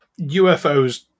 UFOs